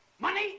Money